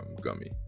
gummy